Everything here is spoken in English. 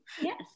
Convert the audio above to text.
Yes